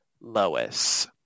Lois